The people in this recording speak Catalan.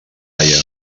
haia